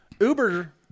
Uber